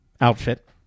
outfit